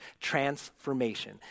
transformation